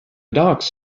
docks